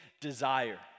desire